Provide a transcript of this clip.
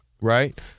right